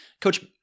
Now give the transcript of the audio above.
Coach